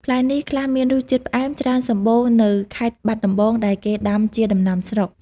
ផ្លែនេះ ខ្លះមានរសជាតិផ្អែម ច្រើនសម្បូរនៅខេត្តបាត់ដំបងដែលគេដាំជាដំណាំស្រុក។